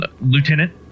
Lieutenant